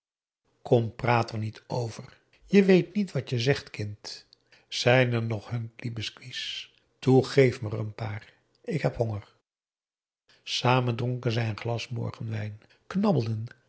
praat er niet over je weet niet wat je zegt kind zijn er nog huntley biscuits toe geef me er een paar ik heb honger samen dronken zij een glas morgenwijn knabbelden